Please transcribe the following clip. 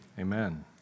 Amen